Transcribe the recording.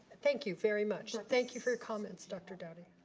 thank you very much. and thank you for your comments dr. dowdy.